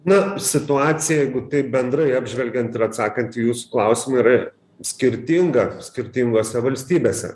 na situacija jeigu taip bendrai apžvelgiant ir atsakant į jūsų klausimą yra skirtinga skirtingose valstybėse